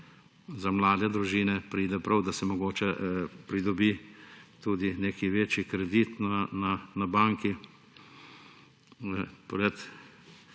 za mlade družine pride prav, da se mogoče pridobi tudi nek večji kredit na banki